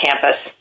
campus